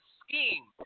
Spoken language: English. scheme